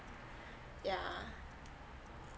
yeah